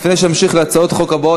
לפני שנמשיך להצעות החוק הבאות,